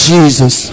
Jesus